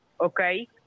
okay